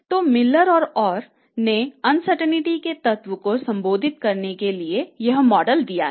तो Miller और Orr ने अनसर्टेंटीज़ के तत्व को संबोधित करने का यह मॉडल दिया है